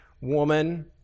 woman